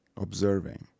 Observing